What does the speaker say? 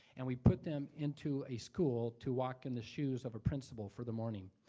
and we put them into a school to walk in the shoes of a principal for the morning.